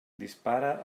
dispara